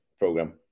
program